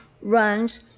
runs